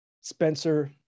Spencer